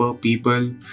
people